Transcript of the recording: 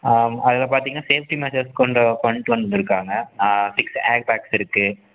ஆ அதில் பார்த்திங்கன்னா safety measure கொண்டு கொண்டு வந்திருக்காங்க சிக்ஸ் ஆர் பேக்ஸ் இருக்குது